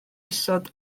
isod